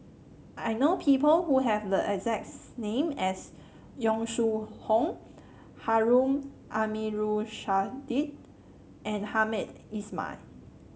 I know people who have the exact name as Yong Shu Hoong Harun Aminurrashid and Hamed Ismail